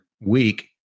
week